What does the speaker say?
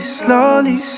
slowly